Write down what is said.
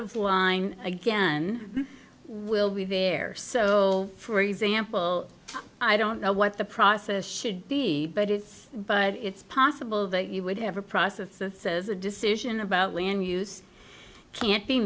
of line again will be there so for example i don't know what the process should be but it's but it's possible that you would have a process that says a decision about land use can't be